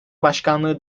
başkanlığı